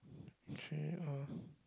okay uh